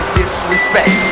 disrespect